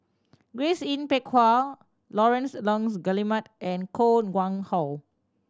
Grace Yin Peck Ha Laurence Nunns Guillemard and Koh Nguang How